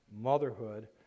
motherhood